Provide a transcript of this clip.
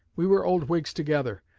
we were old whigs together,